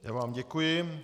Já vám děkuji.